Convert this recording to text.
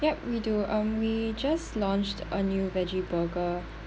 yup we do um we just launched a new veggie burger